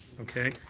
okay.